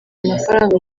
amafaranga